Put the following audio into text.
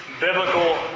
biblical